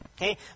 okay